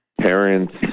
parents